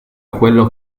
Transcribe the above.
quello